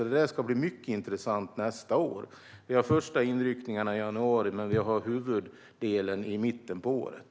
Det ska bli mycket intressant nästa år. Vi har de första inryckningarna i januari, men huvuddelen har vi i mitten av året.